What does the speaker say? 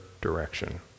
direction